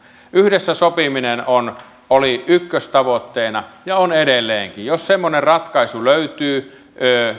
yhdessä sopiminen oli ykköstavoitteena ja on edelleenkin jos semmoinen ratkaisu löytyy